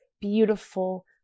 beautiful